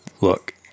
Look